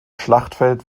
schlachtfeld